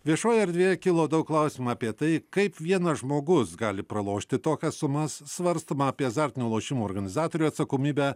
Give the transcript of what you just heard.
viešoje erdvėje kilo daug klausimų apie tai kaip vienas žmogus gali pralošti tokias sumas svarstoma apie azartinių lošimų organizatorių atsakomybę